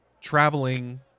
traveling